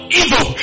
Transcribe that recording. evil